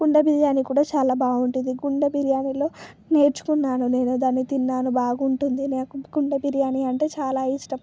కుండ బిర్యానీ కూడా చాలా బాగుంటుంది కుండ బిర్యానీలో నేర్చుకున్నాను నేను దాన్ని తిన్నాను బాగుంటుంది నాకు బిర్యానీ అంటే చాలా ఇష్టం